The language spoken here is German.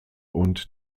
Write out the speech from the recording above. und